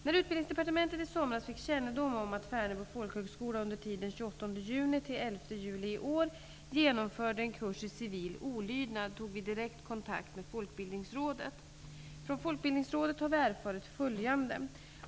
När Utbildningsdepartementet i somras fick kännedom om att Färnebo folkhögskola under tiden den 28 juni--11 juli i år genomförde en kurs i civil olydnad tog vi direkt kontakt med Folkbildningsrådet. Från Folkbildningsrådet har vi erfarit följande.